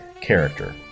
character